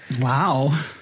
Wow